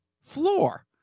floor